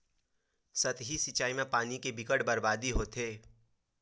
सतही सिचई म पानी के बरबादी बिकट होथे